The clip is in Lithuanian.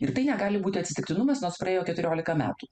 ir tai negali būti atsitiktinumas nors praėjo keturiolika metų